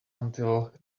until